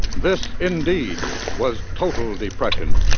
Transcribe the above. this indeed was total depression.